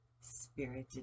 spirited